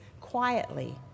quietly